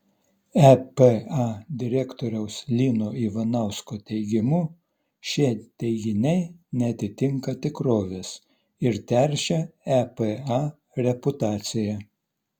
epa direktoriaus lino ivanausko teigimu šie teiginiai neatitinka tikrovės ir teršia epa reputaciją